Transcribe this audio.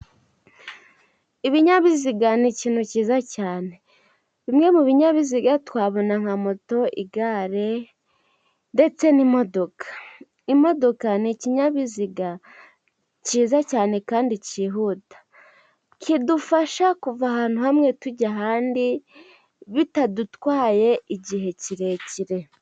Ibinyabiziga ni ikintu cyiza cyane. Bimwe mu binyabiziga twabona nka moto, igare, ndetse n'imodoka. Imodoka ni ikinyabiziga cyiza cyane kandi cyihuta. Kidufasha kuva ahantu hamwe tujya ahandi, bitadutwaye igihe kirekire.